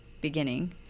beginning